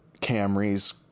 Camrys